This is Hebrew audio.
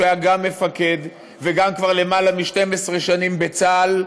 שהיה גם מפקד וגם כבר למעלה מ-12 שנים רב בצה"ל,